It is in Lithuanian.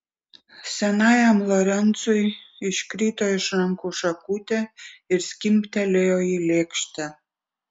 senajam lorencui iškrito iš rankų šakutė ir skimbtelėjo į lėkštę